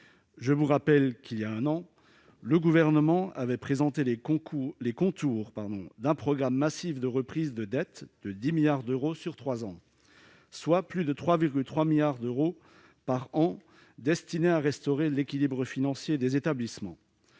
Je vous rappelle qu'il y a un an le Gouvernement avait présenté les contours d'un programme massif de reprise de dette de 10 milliards d'euros sur trois ans, soit plus de 3,3 milliards d'euros par an destinés à restaurer l'équilibre financier des établissements.